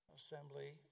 assembly